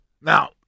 Now